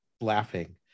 laughing